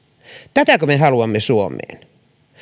tätäkö me haluamme suomeen